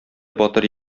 батыр